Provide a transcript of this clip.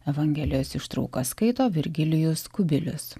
evangelijos ištrauką skaito virgilijus kubilius